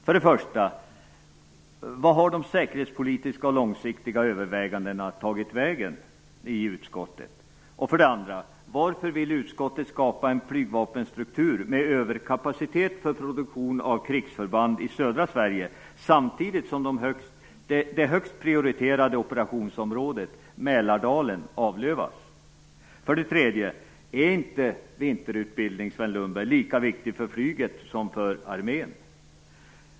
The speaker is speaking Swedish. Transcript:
För det första: Vad har de säkerhetspolitiska och långsiktiga övervägandena i utskottet tagit vägen? För det andra: Varför vill utskottet skapa en flygvapenstruktur med överkapacitet för produktion av krigsförband i södra Sverige samtidigt som det högst prioriterade operationsområdet Mälardalen avlövas? För det tredje: Är inte vinterutbildningen, Sven Lundberg, lika viktig för flyget som för armén?